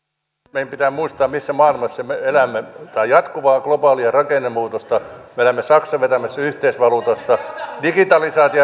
meidän pitää muistaa missä maailmassa me elämme tämä on jatkuvaa globaalia rakennemuutosta me elämme saksan vetämässä yhteisvaluutassa digitalisaatio